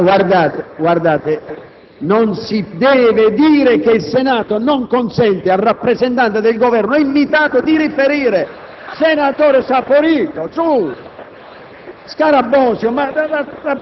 Colleghi, non si deve dire che il Senato non consente al rappresentante del Governo invitato di riferire. Senatore Saporito,